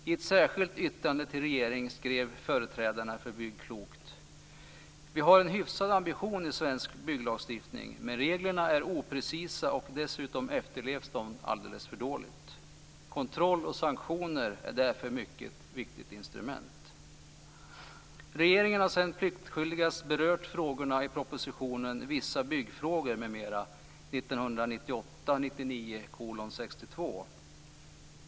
I ett särskilt yttrande till regeringen skrev företrädarna för Vi har en hyfsad ambition i svensk bygglagstiftning, men reglerna är oprecisa och dessutom efterlevs de alldeles för dåligt. Kontroll och sanktioner är därför mycket viktiga instrument. Regeringen har sedan pliktskyldigast berört frågorna i propositionen Vissa byggfrågor m.m., 1998/99:62.